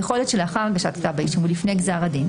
בכל עת שלאחר הגשת כתב האישום ולפני גזר הדין,